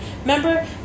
Remember